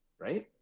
right